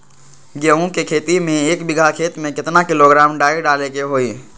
गेहूं के खेती में एक बीघा खेत में केतना किलोग्राम डाई डाले के होई?